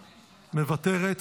מוותרת,